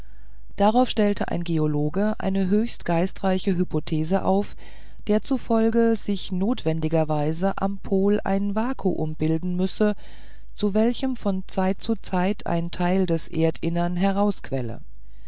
darauf stellte ein geologe eine höchst geistreiche hypothese auf derzufolge sich notwendigerweise am pol ein vulkan bilden müsse aus welchem von zeit zu zeit ein teil des